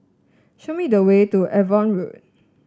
show me the way to Avon Road